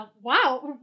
Wow